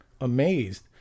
amazed